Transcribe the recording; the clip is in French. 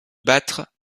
battre